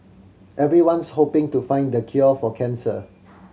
everyone's hoping to find the cure for cancer